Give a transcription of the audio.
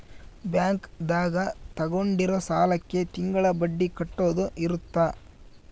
bank ದಾಗ ತಗೊಂಡಿರೋ ಸಾಲಕ್ಕೆ ತಿಂಗಳ ಬಡ್ಡಿ ಕಟ್ಟೋದು ಇರುತ್ತ